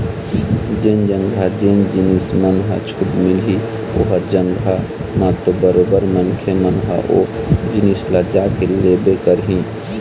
जेन जघा जेन जिनिस मन ह छूट मिलही ओ जघा म तो बरोबर मनखे मन ह ओ जिनिस ल जाके लेबे करही